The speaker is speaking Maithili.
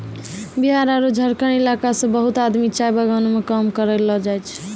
बिहार आरो झारखंड इलाका सॅ बहुत आदमी चाय बगानों मॅ काम करै ल जाय छै